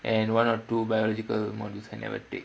and one or two biological modules I never take